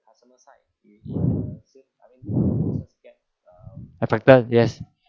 affected yes